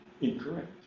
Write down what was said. incorrect